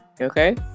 Okay